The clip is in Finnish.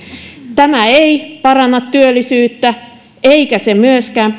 tämä ei paranna työllisyyttä eikä se myöskään